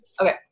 Okay